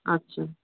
আচ্ছা